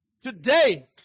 today